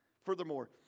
Furthermore